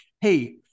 Hey